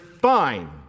fine